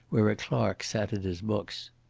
where a clerk sat at his books.